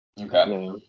okay